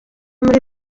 muri